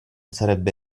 sarebbe